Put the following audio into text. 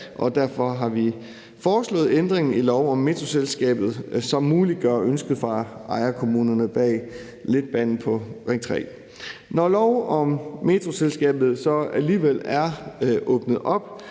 derfor har vi foreslået ændringen i lov om Metroselskabet, som muliggør ønsket hos ejerkommunerne bag letbanen på Ring 3. Når lov om Metroselskabet alligevel er åbnet op,